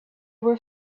were